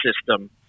system